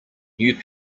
new